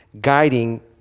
guiding